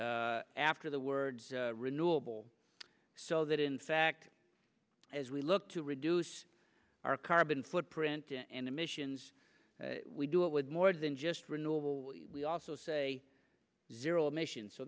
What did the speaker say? after the words renewable so that in fact as we look to reduce our carbon footprint and emissions we do it with more than just renewable we also say zero